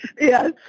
Yes